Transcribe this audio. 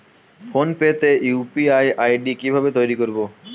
Phone pay তে UPI ID কি ভাবে তৈরি করবো?